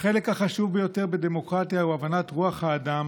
החלק החשוב ביותר בדמוקרטיה הוא הבנת רוח האדם